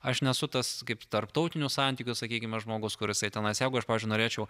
aš nesu tas kaip tarptautinių santykių sakykime žmogus kuris tenais jeigu aš norėčiau